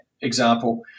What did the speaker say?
example